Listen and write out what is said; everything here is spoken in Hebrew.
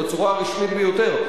בצורה הרשמית ביותר,